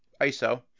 ISO